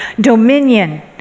Dominion